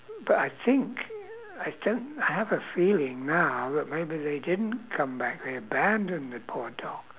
but I think I stem~ I have a feeling now that maybe they didn't come back they abandoned the poor dog